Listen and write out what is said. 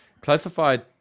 classified